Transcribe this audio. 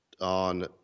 on